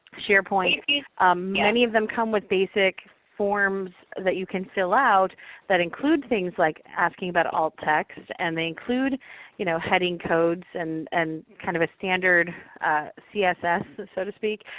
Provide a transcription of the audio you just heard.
sharepoint. um yeah many of them come with basic forms that you can fill out that include things like asking about alt text, and they include you know heading codes and and kind of a standard css, so to speak,